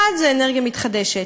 אחד, זה אנרגיה מתחדשת.